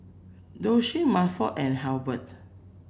Doshie Milford and Hubert